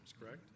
correct